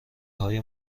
های